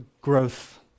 growth